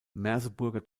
merseburger